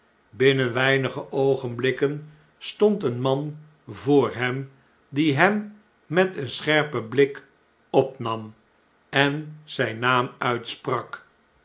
binnen weinige oogenblikken stond een man voor hem die hem met eenscherpen blik opnam en zn'n naam uitsprak